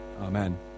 Amen